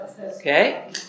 okay